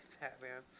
batman